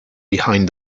behind